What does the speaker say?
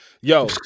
Yo